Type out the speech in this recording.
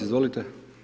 Izvolite.